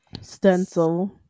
Stencil